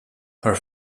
her